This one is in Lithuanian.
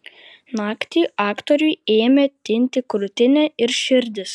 naktį aktoriui ėmė tinti krūtinė ir širdis